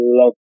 love